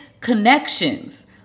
connections